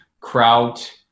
kraut